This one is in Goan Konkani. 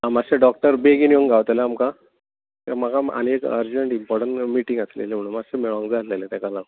मातशें डॉक्टर बेगीन येवंक गावतलें तुमकां कित्याक म्हाका आनी एक अरजंट इमपोरटंट मिटींग आसलेली म्हणून मातसो मेळूंक जाय आसलेलें ताका लागून